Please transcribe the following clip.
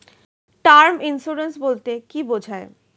Term insurance বলতে কী বোঝায়?